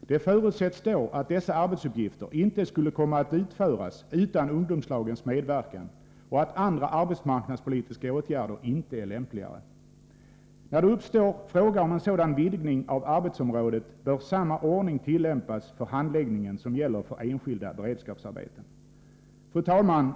Det förutsätts då att dessa arbetsuppgifter inte skulle komma att utföras utan ungdomslagens medverkan och att andra arbetsmarknadspolitiska åtgärder inte är lämpligare. När det uppstår fråga om en sådan vidgning av arbetsområdet bör samma ordning tillämpas för handläggningen som gäller för enskilda beredskapsarbeten.” Fru talman!